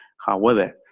however,